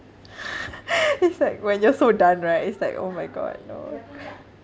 is like when you're so done right is like oh my god you know